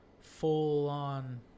full-on